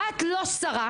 את לא שרה,